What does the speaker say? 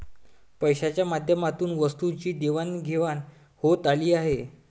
पैशाच्या माध्यमातून वस्तूंची देवाणघेवाण होत आली आहे